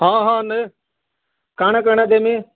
ହଁ ହଁ ନେ କାଣା କାଣା ଦେମି